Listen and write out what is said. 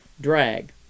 drag